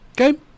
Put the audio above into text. Okay